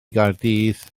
gaerdydd